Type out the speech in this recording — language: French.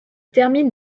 termine